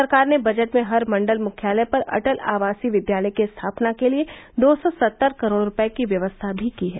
सरकार ने बजट में हर मंडल मुख्यालय पर अटल आवासीय विद्यालय की स्थापना के लिये दो सौ सत्तर करोड़ रूपये की व्यवस्था भी की है